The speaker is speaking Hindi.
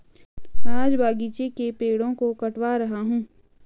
आज बगीचे के पेड़ों को कटवा रहा हूं